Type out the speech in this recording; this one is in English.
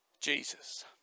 Jesus